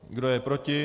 Kdo je proti?